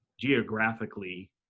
geographically